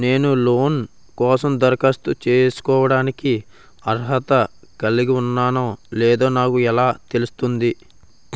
నేను లోన్ కోసం దరఖాస్తు చేసుకోవడానికి అర్హత కలిగి ఉన్నానో లేదో నాకు ఎలా తెలుస్తుంది?